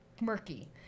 murky